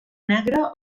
negre